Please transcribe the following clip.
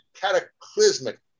cataclysmic